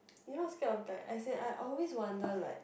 you not scared of that as in I always wonder like